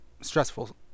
stressful